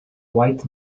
white